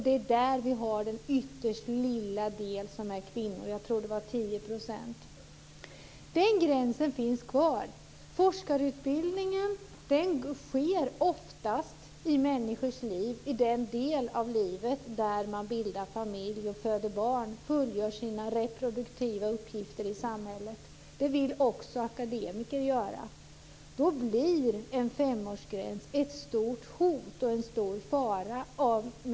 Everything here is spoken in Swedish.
Det är här den ytterst lilla del som är kvinnor finns - jag tror att det är 10 %. Femårsgränsen finns kvar. Forskarutbildningen sker oftast i den del av människors liv där man bildar familj och föder barn, dvs. fullgör sina reproduktiva uppgifter i samhället. Detta vill också akademiker göra. En femårsgräns blir med automatik ett stort hot och en stor fara.